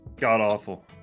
god-awful